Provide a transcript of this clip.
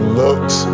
looks